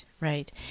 right